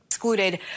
excluded